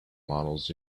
models